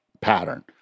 pattern